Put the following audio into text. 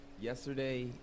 Yesterday